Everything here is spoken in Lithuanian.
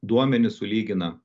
duomenis sulygina